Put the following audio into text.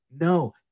no